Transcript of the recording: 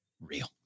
real